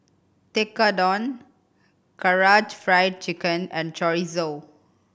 Tekkadon Karaage Fried Chicken and Chorizo